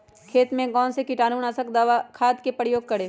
खेत में कौन से कीटाणु नाशक खाद का प्रयोग करें?